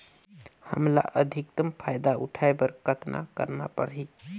हमला अधिकतम फायदा उठाय बर कतना करना परही?